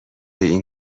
این